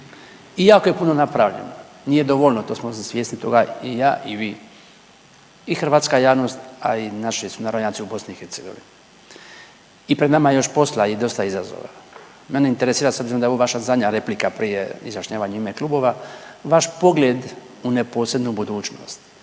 Iako je puno napravljeno nije dovoljno to smo svjesni toga i ja i vi i hrvatska javnost, a i naši sunarodnjaci u BiH i pred nama je još posla i dosta izazova. Mene interesira s obzirom da je ovo vaša zadnja replika prije izjašnjavanja u ime klubova, vaš pogleda u neposrednu budućnost